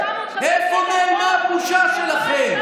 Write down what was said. מה עשיתם עם, לאיפה נעלמה הבושה שלכם?